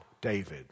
David